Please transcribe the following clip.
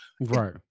Right